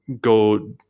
go